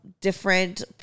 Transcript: different